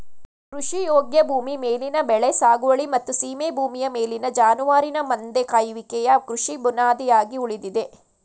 ಕೃಷಿಯೋಗ್ಯ ಭೂಮಿ ಮೇಲಿನ ಬೆಳೆ ಸಾಗುವಳಿ ಮತ್ತು ಸೀಮೆ ಭೂಮಿಯ ಮೇಲಿನ ಜಾನುವಾರಿನ ಮಂದೆ ಕಾಯುವಿಕೆಯು ಕೃಷಿ ಬುನಾದಿಯಾಗಿ ಉಳಿದಿದೆ